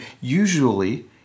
usually